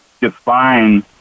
define